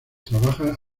trabaja